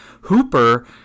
hooper